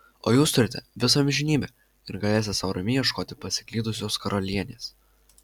o jūs turite visą amžinybę ir galėsite sau ramiai ieškoti pasiklydusios karalienės